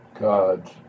God's